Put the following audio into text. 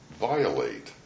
violate